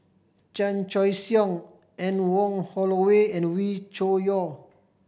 Chan Choy Siong Anne Wong Holloway and Wee Cho Yaw